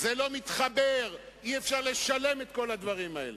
זה לא מתחבר, אי-אפשר לשלם את כל הדברים האלה.